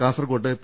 കാസർകോട്ട് പി